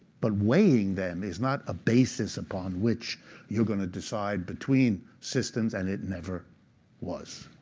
but weighing them is not a basis upon which you're going to decide between systems and it never was.